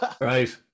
Right